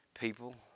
People